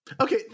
Okay